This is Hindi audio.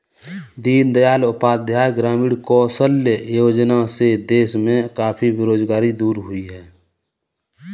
दीन दयाल उपाध्याय ग्रामीण कौशल्य योजना से देश में काफी बेरोजगारी दूर हुई है